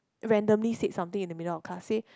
randomly said something in the middle of class say